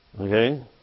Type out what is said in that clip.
Okay